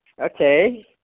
okay